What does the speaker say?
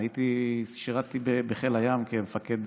שירתי בחיל הים כמפקד